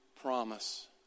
promise